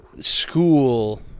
school